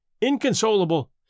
inconsolable